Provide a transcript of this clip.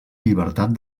llibertat